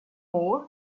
moore